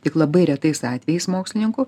tik labai retais atvejais mokslininkų